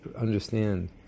understand